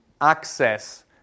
access